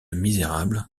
misérable